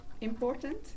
important